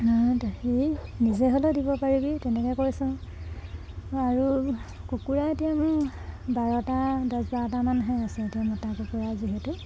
হেৰি নিজে হ'লেও দিব পাৰিবি তেনেকৈ কৈছোঁ আৰু কুকুৰা এতিয়া মোৰ বাৰটা দহ বাৰটা মানহে আছে এতিয়া মতা কুকুৰা যিহেতু